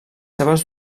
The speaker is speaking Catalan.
seves